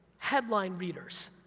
headline readers,